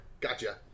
Gotcha